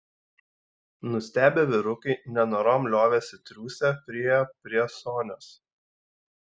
nustebę vyrukai nenorom liovėsi triūsę priėjo prie sonios